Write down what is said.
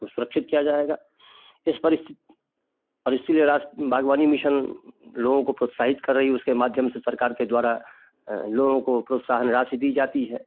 उस सुरक्षित किया जाएगा इस परिस्थिति और इसलिए राष्ट्र बागवानी मिशन लोगों को प्रोत्साहित कर रही है उसके माध्यम से सरकार के द्वारा लोगों को प्रोत्साहन राशि दी जाती है